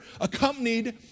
accompanied